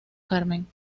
carmen